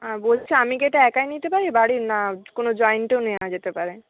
আর বলছি আমি কি এটা একাই নিতে পারি না বাড়ির না কোনো জয়েন্টেও নেওয়া যেতে পারে